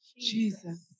Jesus